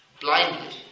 blindly